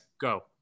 Go